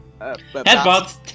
Headbutt